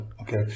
Okay